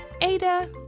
Ada